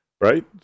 right